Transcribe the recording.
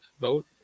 vote